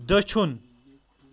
دٔچھُن